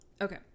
okay